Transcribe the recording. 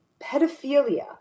pedophilia